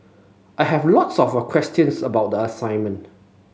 I have lots of a questions about the assignment